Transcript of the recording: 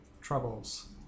troubles